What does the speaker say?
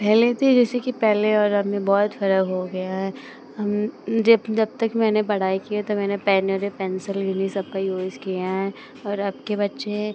पहले से जैसे कि पहले और अब में बहुत फ़र्क़ हो गया है हम जब तक मैंने पढ़ाई की है तो मैंने पेन और यह पेन्सिल इन्हीं सबका यूज़ किए हैं और अब के बच्चे हैं